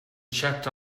checked